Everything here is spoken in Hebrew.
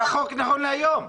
זה החוק נכון להיום,